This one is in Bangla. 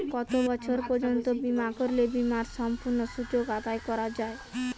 কত বছর পর্যন্ত বিমা করলে বিমার সম্পূর্ণ সুযোগ আদায় করা য়ায়?